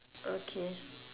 okay